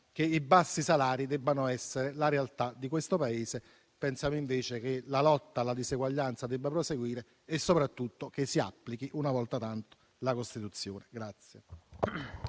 che i bassi salari debbano essere la realtà di questo Paese. Pensiamo invece che la lotta alla diseguaglianza debba proseguire e, soprattutto, auspichiamo che si applichi una volta tanto la Costituzione.